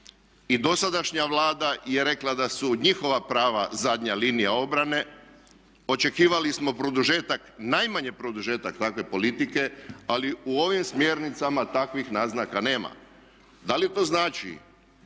I dosadašnja Vlada je rekla da su njihova prava zadnja linija obrane. Očekivali smo produžetak, najmanje produžetak takve politike. Ali u ovim smjernicama takvih naznaka nema. Da li to znači